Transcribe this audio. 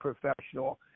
professional